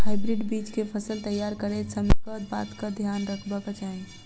Hybrid बीज केँ फसल तैयार करैत समय कऽ बातक ध्यान रखबाक चाहि?